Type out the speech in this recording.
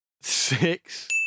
Six